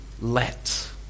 let